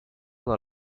dans